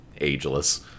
ageless